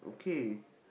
K